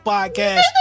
Podcast